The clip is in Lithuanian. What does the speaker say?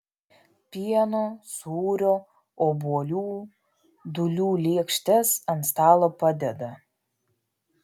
pieno sūrio obuolių dūlių lėkštes ant stalo padeda